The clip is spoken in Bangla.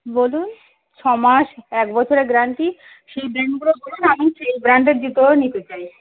বলুন ছ মাস এক বছরে গ্যারান্টি সেই ব্র্যান্ডগুলো বলুন আমি সেই ব্র্যান্ডের জুতো নিতে চাই